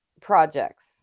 projects